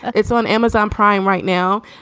it's on amazon prime right now.